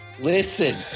Listen